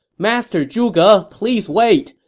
master zhuge! please wait!